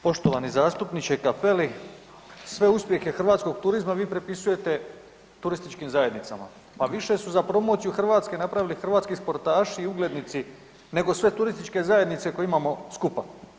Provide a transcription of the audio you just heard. Poštovani zastupniče Cappelli, sve uspjehe hrvatskog turizma vi pripisujete turističkim zajednicama, pa više su za promociju Hrvatske napravili hrvatski sportaši nego sve turističke zajednice koje imamo skupa.